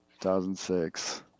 2006